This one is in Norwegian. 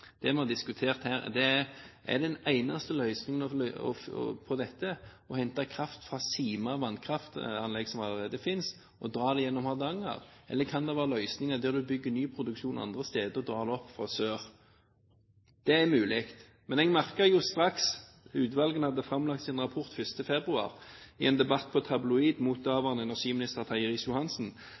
Det vi har diskutert her, er den eneste løsningen på dette, å hente kraft fra Sima vannkraftanlegg, som allerede finnes, og dra det gjennom Hardanger. Eller kan det være løsninger der du bygger ny produksjon andre steder og drar det opp fra sør? Det er mulig. Men jeg merket jo straks utvalgene hadde framlagt sin rapport 1. februar, i en debatt på Tabloid mot daværende energiminister